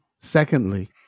Secondly